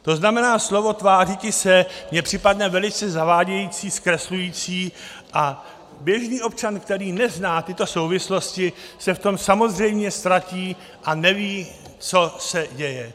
To znamená, slovo tvářiti se mi připadne velice zavádějící, zkreslující a běžný občan, který nezná tyto souvislosti, se v tom samozřejmě ztratí a neví, co se děje.